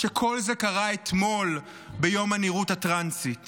שכל זה קרה אתמול, ביום הנראות הטרנסית.